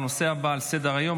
לנושא הבא על סדר-היום,